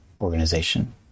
organization